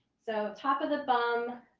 so top of the bum,